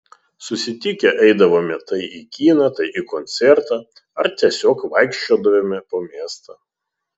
susitikę eidavome tai į kiną tai į koncertą ar tiesiog vaikščiodavome po miestą